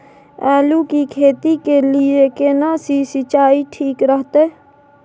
आलू की खेती के लिये केना सी सिंचाई ठीक रहतै?